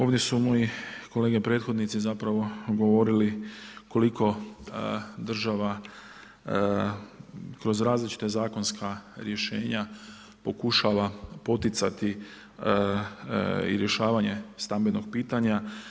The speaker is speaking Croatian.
Ovdje su moji kolege prethodnici zapravo govorili koliko država kroz različita zakonska rješenja pokušava poticati i rješavanje stambenog pitanja.